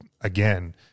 again